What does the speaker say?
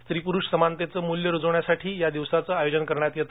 स्त्री पुरुष समानतेचं मूल्य रूजवण्यासाठी या दिवसाचे आयोजन करण्यात येते